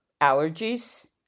allergies